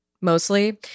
mostly